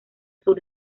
sur